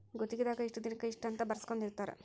ಗುತ್ತಿಗೆ ದಾಗ ಇಷ್ಟ ದಿನಕ ಇಷ್ಟ ಅಂತ ಬರ್ಸ್ಕೊಂದಿರ್ತರ